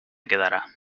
quedará